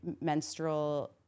menstrual